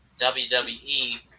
WWE